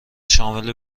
شامل